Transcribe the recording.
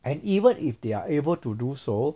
and even if they are able to do so